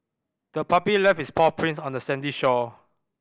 the puppy left its paw prints on the sandy shore